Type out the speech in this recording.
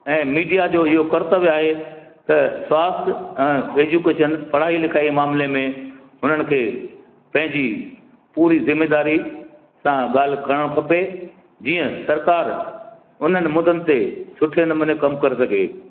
ऐं मीडिया जो इहो कर्तव्य आहे त स्वास्थ ऐं एजूकेशन पढ़ाई लिखाई मामले में हुननि खे पंहिंजी पूरी ज़िमेदारी सां ॻाल्हि करिणो खपे जीअं सरकारि उन्हनि मुदनि ते सुठे नमूने कमु करे सघे